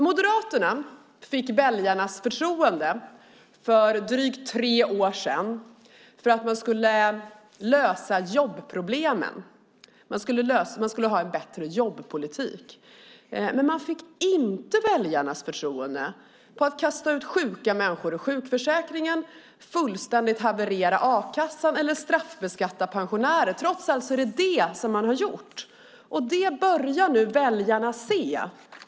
Moderaterna fick för drygt tre år sedan väljarnas förtroende för att lösa jobbproblemen och ha en bättre jobbpolitik. Men man fick inte väljarnas förtroende för att kasta ut sjuka människor ur sjukförsäkringen, för att fullständigt haverera a-kassan eller för att straffbeskatta pensionärer. Ändå är det vad man har gjort. Det börjar väljarna nu se.